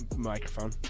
microphone